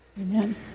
Amen